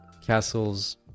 castles